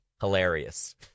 hilarious